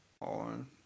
on